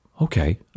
okay